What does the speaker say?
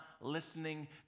listening